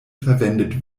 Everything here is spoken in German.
verwendet